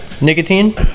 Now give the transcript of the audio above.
nicotine